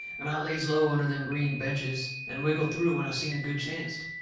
and i lays low under them green benches and wiggled through when i seen a good chancet.